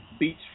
Beach